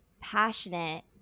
passionate